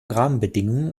rahmenbedingungen